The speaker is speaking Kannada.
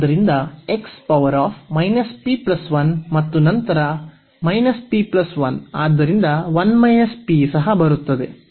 ಆದ್ದರಿಂದ ಮತ್ತು ನಂತರ ಆದ್ದರಿಂದ ಸಹ ಬರುತ್ತದೆ